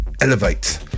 Elevate